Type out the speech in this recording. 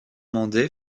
mandé